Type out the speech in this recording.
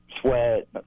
Sweat